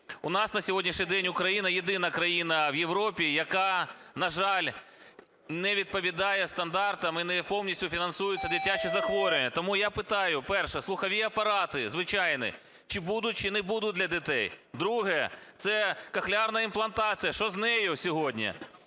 У нас на сьогоднішній день Україна єдина країна в Європі, яка, на жаль, не відповідає стандартам і не повністю фінансуються дитячі захворювання. Тому я питаю: перше – слухові апарати звичайні, чи будуть, чи не будуть для дітей? Друге - це кохлеарна імплантація, що з нею сьогодні?